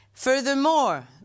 Furthermore